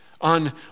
on